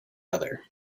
other